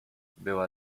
była